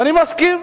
ואני מסכים.